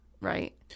right